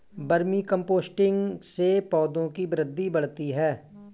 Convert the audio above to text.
vermi composting से पौधों की वृद्धि बढ़ती है